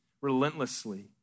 relentlessly